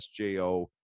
SJO